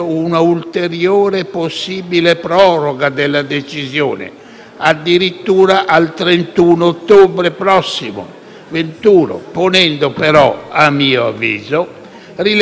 addirittura al 31 ottobre prossimo venturo, ponendo però, a mio avviso, rilevanti problemi al funzionamento delle istituzioni europee,